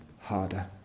harder